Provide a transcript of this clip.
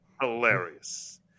Hilarious